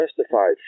justified